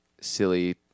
silly